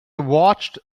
watched